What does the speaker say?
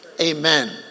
Amen